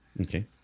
Okay